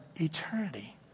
eternity